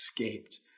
escaped